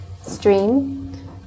stream